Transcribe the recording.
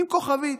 עם כוכבית,